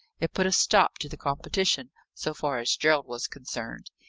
it put a stop to the competition, so far as gerald was concerned.